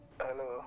Hello